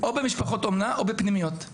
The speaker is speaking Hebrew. או במשפחות אומנה או בפנימיות.